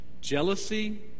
jealousy